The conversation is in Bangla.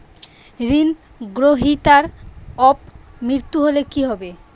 ঋণ গ্রহীতার অপ মৃত্যু হলে কি হবে?